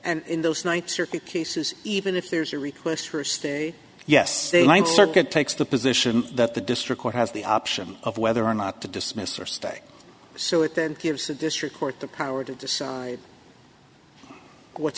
and in those nights your case is even if there's a request for a stay yes the ninth circuit takes the position that the district court has the option of whether or not to dismiss or stay so it then gives the district court the power to decide what's